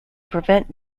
prevent